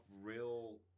real